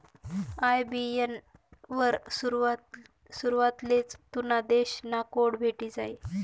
IBAN वर सुरवातलेच तुना देश ना कोड भेटी जायी